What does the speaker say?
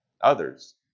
others